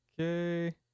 Okay